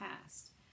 past